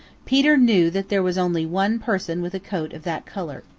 peter knew that there was only one person with a coat of that color.